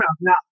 Now